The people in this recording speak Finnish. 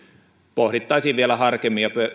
pohdittaisiin vielä tarkemmin ja